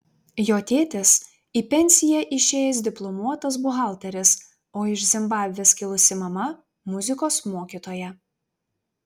jo tėtis į pensiją išėjęs diplomuotas buhalteris o iš zimbabvės kilus mama muzikos mokytoja